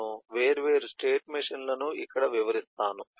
నేను వేర్వేరు state machine లను ఇక్కడ వివరిస్తాను